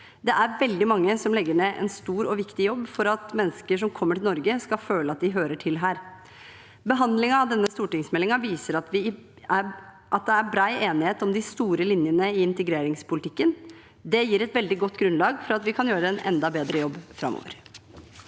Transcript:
Det er veldig mange som legger ned en stor og viktig jobb for at mennesker som kommer til Norge, skal føle at de hører til her. Behandlingen av denne stortingsmeldingen viser at det er bred enighet om de store linjene i integreringspolitikken. Det gir et veldig godt grunnlag for at vi kan gjøre en enda bedre jobb framover.